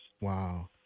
Wow